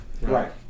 Right